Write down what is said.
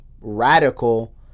radical